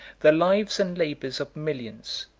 the lives and labors of millions,